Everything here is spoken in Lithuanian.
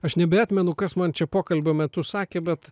aš nebeatmenu kas man čia pokalbio metu sakė bet